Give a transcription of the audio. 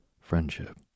friendship